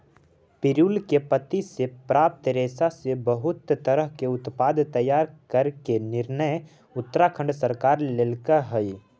पिरुल के पत्ति से प्राप्त रेशा से बहुत तरह के उत्पाद तैयार करे के निर्णय उत्तराखण्ड सरकार लेल्के हई